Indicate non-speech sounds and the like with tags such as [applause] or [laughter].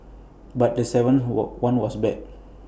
but the seventh what one was bad [noise]